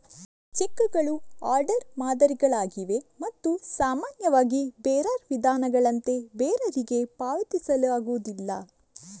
ಚೆಕ್ಕುಗಳು ಆರ್ಡರ್ ಮಾದರಿಗಳಾಗಿವೆ ಮತ್ತು ಸಾಮಾನ್ಯವಾಗಿ ಬೇರರ್ ವಿಧಾನಗಳಂತೆ ಬೇರರಿಗೆ ಪಾವತಿಸಲಾಗುವುದಿಲ್ಲ